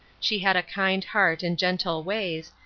she had a kind heart and gentle ways,